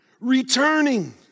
Returning